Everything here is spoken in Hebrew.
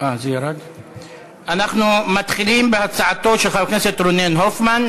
אנחנו מתחילים בהצעתו של חבר הכנסת רונן הופמן,